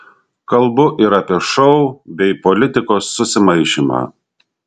kalbu ir apie šou bei politikos susimaišymą